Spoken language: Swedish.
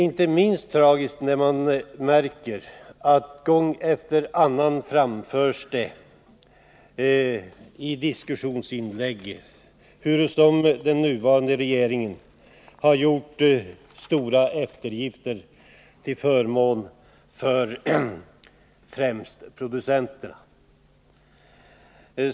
Inte minst tragiskt är att det gång efter annan i diskussionsinlägg sägs att den nuvarande regeringen har gjort stora eftergifter till förmån för främst producenterna.